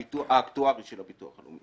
האקטוארי של הביטוח הלאומי.